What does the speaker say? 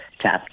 tap